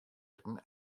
litten